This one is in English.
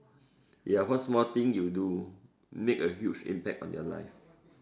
ya what small thing you do make a huge impact on your life